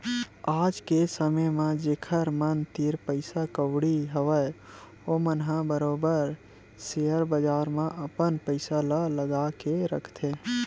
आज के समे म जेखर मन तीर पइसा कउड़ी हवय ओमन ह बरोबर सेयर बजार म अपन पइसा ल लगा के रखथे